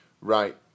right